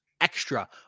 extra